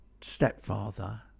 stepfather